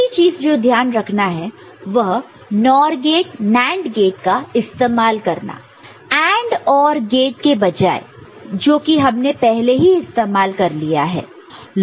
दूसरी चीज जो ध्यान रखना वह NOR गेट NAND गेट का इस्तेमाल करना AND OR गेट के बजाय जो कि हमने पहले ही इस्तेमाल कर लिया है